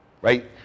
right